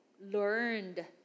learned